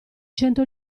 cento